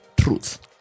truth